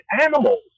animals